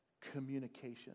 communication